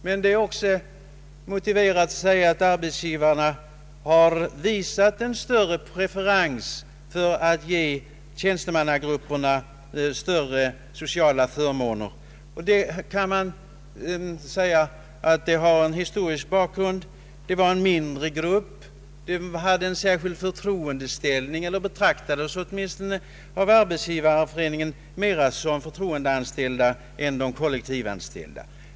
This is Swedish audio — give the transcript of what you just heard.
Men det är också be fogat att säga att arbetsgivarna har visat större preferens för att ge tjänstemannagrupperna bättre sociala förmåner. Detta har en historisk bakgrund. Tjänstemännen utgjorde tidigare en mindre grupp. De hade en särskild förtroendeställning eller betraktades åtminstone av arbetsgivarna mera som förtroendeanställda än de kollektivanställda.